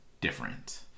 different